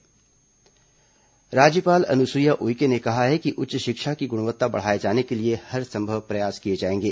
राज्यपाल उच्च शिक्षा राज्यपाल अनुसुईया उइके ने कहा है कि उच्च शिक्षा की गुणवत्ता बढ़ाए जाने के लिए हरसंभव प्रयास किए जाएंगे